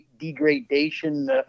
degradation